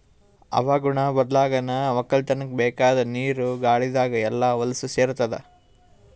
ಹವಾಗುಣ ಬದ್ಲಾಗನಾ ವಕ್ಕಲತನ್ಕ ಬೇಕಾದ್ ನೀರ ಗಾಳಿದಾಗ್ ಎಲ್ಲಾ ಹೊಲಸ್ ಸೇರತಾದ